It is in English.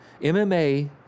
MMA